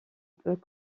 peut